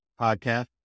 podcast